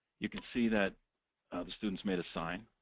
you can see that the students made a sign.